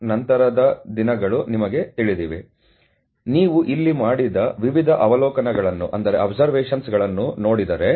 ಆದ್ದರಿಂದ ನೀವು ಇಲ್ಲಿ ಮಾಡಿದ ವಿವಿಧ ಅವಲೋಕನಗಳನ್ನು ನೋಡಿದರೆ ಇದು 0